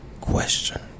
question